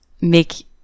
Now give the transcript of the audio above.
make